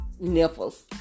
nipples